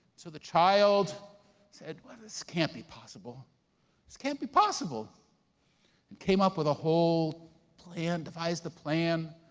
so the child said, well, this can't be possible, this can't be possible and came up with a whole plan, devised a plan,